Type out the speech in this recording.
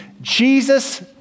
Jesus